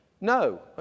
No